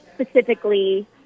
specifically